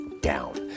down